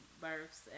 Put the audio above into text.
births